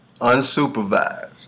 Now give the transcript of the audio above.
unsupervised